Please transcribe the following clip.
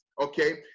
Okay